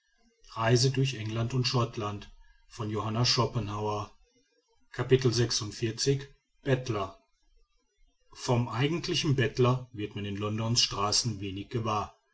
bettler vom eigentlichen bettler wird man in londons straßen wenig gewahr